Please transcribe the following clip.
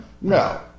no